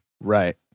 Right